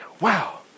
wow